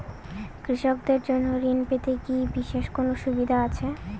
কৃষকদের জন্য ঋণ পেতে কি বিশেষ কোনো সুবিধা আছে?